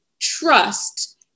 trust